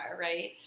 right